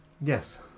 Yes